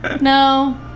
No